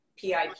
PIP